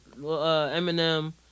Eminem